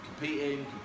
competing